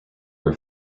were